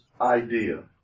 idea